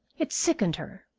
it sickened her.